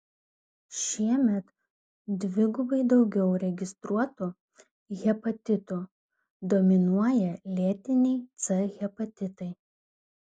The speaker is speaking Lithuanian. šiemet dvigubai daugiau registruotų hepatitų dominuoja lėtiniai c hepatitai